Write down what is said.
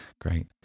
Great